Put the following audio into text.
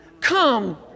Come